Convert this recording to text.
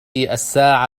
الساعة